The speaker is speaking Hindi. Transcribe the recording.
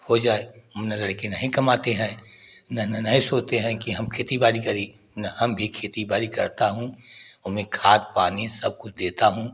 होई जाए ना लड़के नहीं कमाते हैं नहीं सोचते हैं कि हम खेती बाड़ी करी ना हम भी खेती बाड़ी करता हूँ और मैं खाद पानी सबकुछ देता हूँ